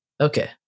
Okay